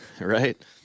Right